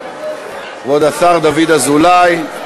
כבוד השר דוד אזולאי.